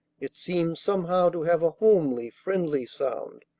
it seemed somehow to have a homely, friendly sound.